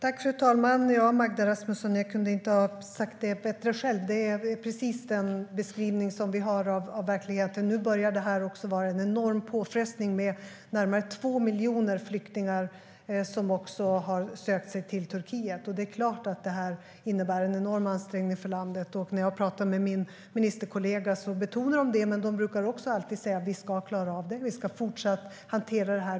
Fru talman! Ja, Magda Rasmusson, jag kunde inte ha sagt det bättre själv. Det är precis den beskrivning av verkligheten som vi har. Nu börjar detta också vara en enorm påfrestning med närmare 2 miljoner flyktingar som har sökt sig till Turkiet. Det är klart att det innebär en enorm ansträngning för landet. När jag talar med min ministerkollega betonar man detta, men man brukar också alltid säga: Vi ska klara av det. Vi ska fortsätta att hantera det.